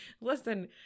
Listen